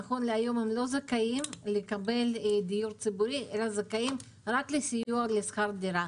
נכון להיום הם לא זכאים לקבל דיור ציבורי אלא זכאים רק לסיוע בשכר דירה.